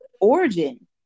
origin